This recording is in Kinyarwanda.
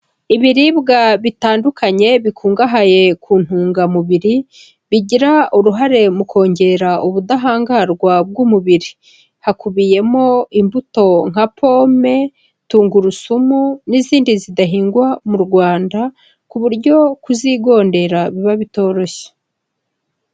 Ibiribwa bitandukanye bikungahaye ku ntungamubiri bigira uruhare mu kongera ubudahangarwa bw'umubiri. Hakubiyemo imbuto nka pome, tungurusumu n'izindi zidahingwa mu Rwanda ku buryo kuzigondera biba bitoroshye.